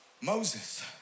Moses